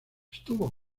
estuvo